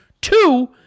Two